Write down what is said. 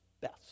best